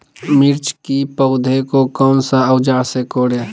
मिर्च की पौधे को कौन सा औजार से कोरे?